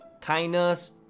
kindness